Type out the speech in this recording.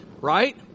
right